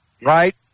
Right